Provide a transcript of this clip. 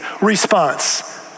response